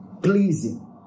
pleasing